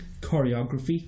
choreography